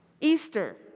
Easter